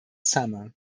summer